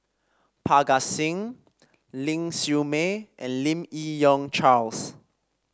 Parga Singh Ling Siew May and Lim Yi Yong Charles